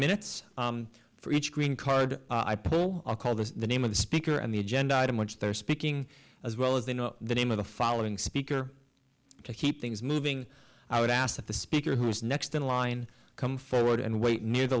minutes for each green card i pull i'll call the name of the speaker and the agenda item which they're speaking as well as they know the name of the following speaker to keep things moving i would ask the speaker who is next in line come forward and wait near the